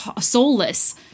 soulless